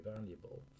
valuable